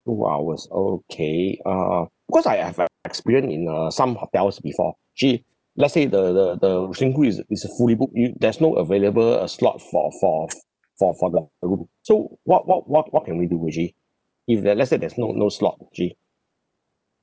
two hours okay uh uh because I I have uh experience in uh some hotels before actually let's say the the the swimming pool is uh is uh fully booked you there's no available uh slot for for f~ for for them the room so what what what what can we do actually if there let's say there's no no slot actually